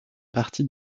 partie